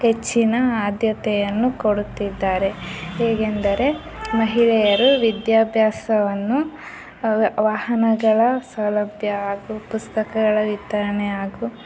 ಹೆಚ್ಚಿನ ಆದ್ಯತೆಯನ್ನು ಕೊಡುತ್ತಿದ್ದಾರೆ ಹೇಗೆಂದರೆ ಮಹಿಳೆಯರು ವಿದ್ಯಾಭ್ಯಾಸವನ್ನು ವಾಹನಗಳ ಸೌಲಭ್ಯ ಹಾಗು ಪುಸ್ತಕಗಳ ವಿತರಣೆ ಹಾಗೂ